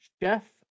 chef